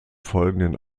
folgenden